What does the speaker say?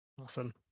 awesome